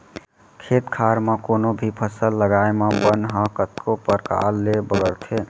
खेत खार म कोनों भी फसल लगाए म बन ह कतको परकार ले बगरथे